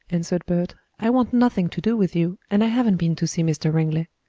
answered bert. i want nothing to do with you, and i haven't been to see mr. ringley.